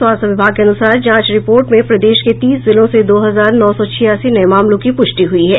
स्वास्थ्य विभाग के अनुसार जांच रिपोर्ट में प्रदेश के तीस जिलों से दो हजार नौ सौ छियासी नये मामलों की पुष्टि हुई है